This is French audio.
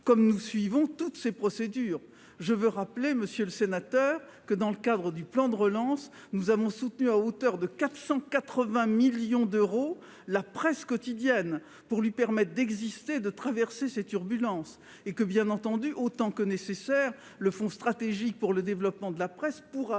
comme nous suivons toutes ces procédures, je veux rappeler, Monsieur le Sénateur, que dans le cadre du plan de relance, nous avons soutenu à hauteur de 480 millions d'euros, la presse quotidienne pour lui permettent d'exister, de traverser ces turbulences et que bien entendu autant que nécessaire, le Fonds stratégique pour le développement de la presse pourra